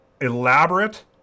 elaborate